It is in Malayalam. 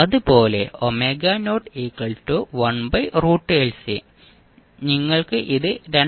അതുപോലെ നിങ്ങൾക്ക് ഇത് 2